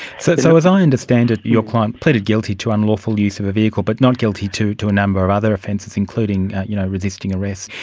so so as i understand it, your client pleaded guilty to unlawful use of a vehicle but not guilty to to a number of other offences, including you know resisting arrest.